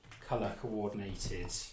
colour-coordinated